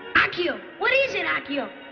akio. what is it, akio?